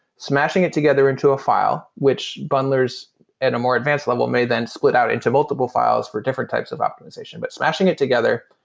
smashing it together into a file, which bundlers at a more advanced level may then split out into multiple files for different types of optimization but smashing it together,